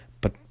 But